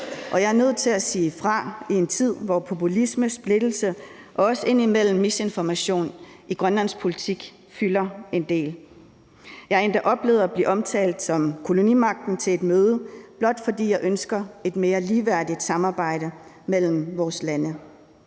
og jeg er nødt til at sige fra i en tid, hvor populisme, splittelse og også indimellem misinformation i grønlandsk politik fylder en del. Jeg har endda oplevet at blive omtalt som kolonimagten til et møde, blot fordi jeg ønsker et mere ligeværdigt samarbejde mellem vores lande.